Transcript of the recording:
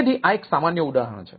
તેથી આ એક સામાન્ય ઉદાહરણ છે